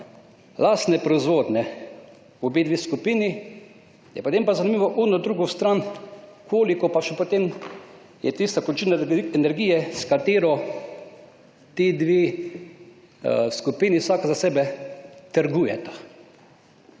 obe skupini, je potem pa zanimivo ono drugo stran, koliko pa še potem je tista količina energije, s katero ti dve skupini, vsaka za sebe, trgujeta.